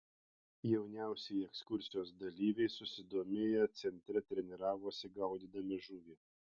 jauniausieji ekskursijos dalyviai susidomėję centre treniravosi gaudydami žuvį